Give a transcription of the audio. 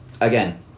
Again